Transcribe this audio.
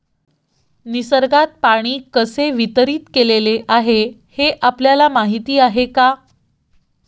निसर्गात पाणी कसे वितरीत केलेले आहे हे आपल्याला माहिती आहे का?